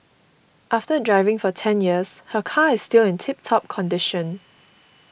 after driving for ten years her car is still in tip top condition